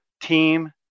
team